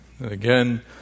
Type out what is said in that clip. Again